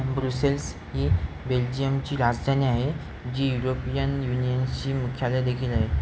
Brussels ही बेल्जियमची राजधानी आहे जी युरोपियन युनियनची मुख्यालय देखील आहे